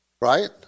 right